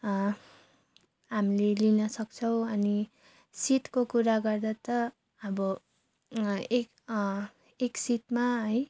हामीले लिन सक्छौँ अनि सिटको कुरा गर्दा त अब एक एक सिटमा है